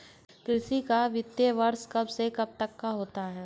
कृषि का वित्तीय वर्ष कब से कब तक होता है?